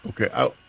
Okay